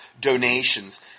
donations